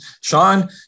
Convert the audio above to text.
Sean